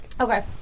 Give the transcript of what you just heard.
Okay